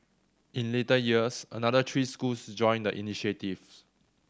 in later years another three schools joined the initiative